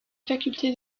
faculté